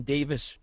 Davis